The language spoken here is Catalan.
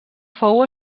fou